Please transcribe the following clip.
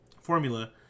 formula